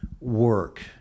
work